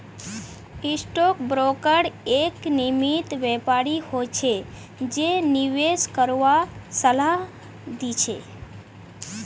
stock broker एक विनियमित व्यापारी हो छै जे निवेश करवार सलाह दी छै